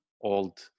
old